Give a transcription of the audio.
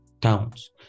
towns